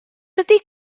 ydy